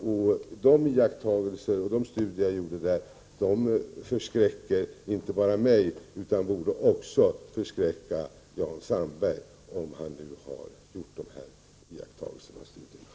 De iakttagelser och studier jag har gjort, förskräcker mig. Jan Sandberg borde också bli förskräckt om han nu har gjort sådana iakttagelser och studier.